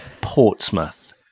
Portsmouth